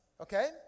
Okay